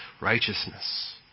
righteousness